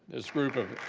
this group of